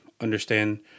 understand